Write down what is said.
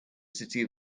city